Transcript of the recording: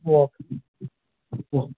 okay okay